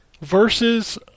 versus